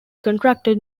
contracted